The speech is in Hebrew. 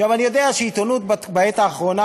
אני יודע שעיתונות בעת האחרונה,